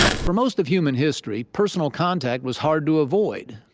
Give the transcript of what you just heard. for most of human history, personal contact was hard to avoid.